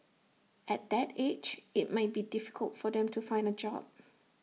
at that age IT might be difficult for them to find A job